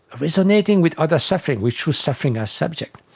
resonating with others' suffering, we choose suffering as subject.